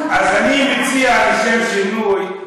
אז אני מציע לשם שינוי,